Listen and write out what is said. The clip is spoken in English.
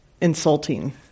insulting